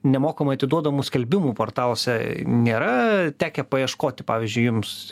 nemokamai atiduodamų skelbimų portaluose nėra tekę paieškoti pavyzdžiui jums